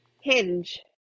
Hinge